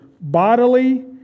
bodily